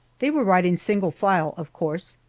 they were riding single file, of course,